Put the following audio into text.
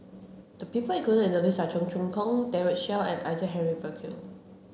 the people included in the list are Cheong Choong Kong Daren Shiau and Isaac Henry Burkill